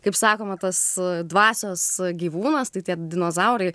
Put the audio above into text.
kaip sakoma tas dvasios gyvūnas tai tie dinozaurai